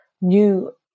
new